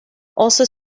also